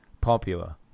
popular